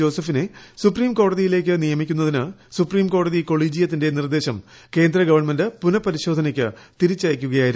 ജോസഫിനെ സുപ്രീംകോടതിയിലേക്ക് നിയമിക്കുന്നതിന് സുപ്രീംകോടതി കൊളീജിയത്തിന്റെ നിർദ്ദേശം കേന്ദ്ര ഗവൺമെന്റ് പുനപരിശോധനക്ക് തിരിച്ചടിയായിരുന്നു